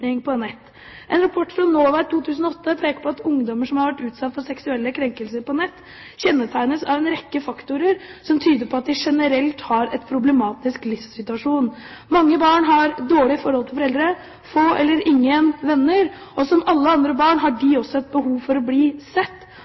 på nett. En rapport fra NOVA i 2008 peker på at ungdommer som har vært utsatt for seksuelle krenkelser på nett, kjennetegnes av en rekke faktorer som tyder på at de generelt har en problematisk livssituasjon. Mange barn har et dårlig forhold til foreldre, få eller ingen venner, og som alle andre barn har de også behov for å bli sett.